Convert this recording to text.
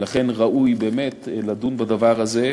ולכן ראוי, באמת, לדון בדבר הזה,